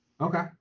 Okay